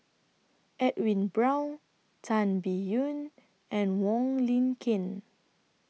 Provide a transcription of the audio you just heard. Edwin Brown Tan Biyun and Wong Lin Ken